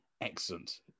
Excellent